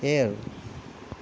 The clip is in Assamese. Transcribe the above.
সেইয়াই আৰু